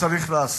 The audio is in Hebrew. צריך להסיר,